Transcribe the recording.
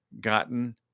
gotten